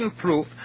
proof